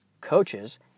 coaches